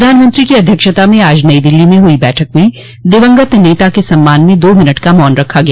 प्रधानमंत्री की अध्यक्षता में आज नई दिल्ली में हुई बैठक में दिवंगत नेता के सम्मान में दो मिनट का मौन रखा गया